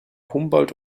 humboldt